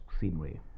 scenery